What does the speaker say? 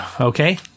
Okay